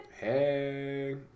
Hey